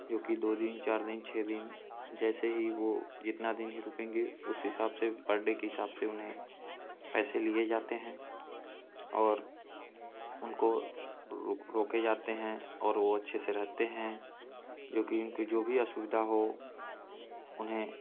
जोकि दो दिन चार दिन छह दिन जैसे ही वह जितना दिन ही रुकेंगे उस हिसाब से पर डे के हिसाब से उन्हें पैसे लिए जाते हैं और उनको रोके जाते हैं और वह अच्छे से रहते हैं जोकि उनको जो भी असुविधा हो उन्हें